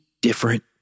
different